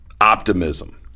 optimism